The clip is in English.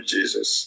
Jesus